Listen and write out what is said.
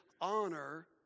honor